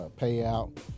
payout